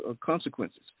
consequences